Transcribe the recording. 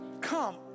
Come